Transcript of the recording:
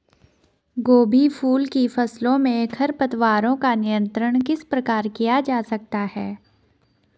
गोभी फूल की फसलों में खरपतवारों का नियंत्रण किस प्रकार किया जा सकता है?